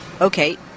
Okay